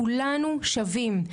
כולנו שווים.